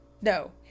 No